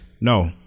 No